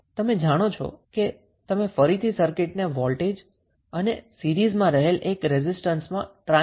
હવે તમે જાણો છો કે તમે ફરીથી સર્કિટને વોલ્ટેજ અને સીરીઝમાં રહેલા એક રેઝિસ્ટન્સમાં ટ્રાન્સફોર્મ કરી શકો છો